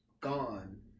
gone